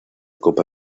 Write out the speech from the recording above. copa